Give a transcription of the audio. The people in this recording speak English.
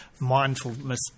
mindfulness